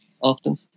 often